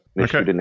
Okay